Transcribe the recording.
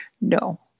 No